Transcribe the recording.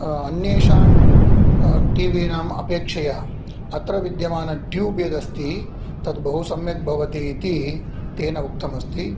अन्येषां टिविनाम् अपेक्षया अत्र विद्यमान टूब् यदस्ति तद् बहु सम्यक् भवति इति तेन उक्तमस्ति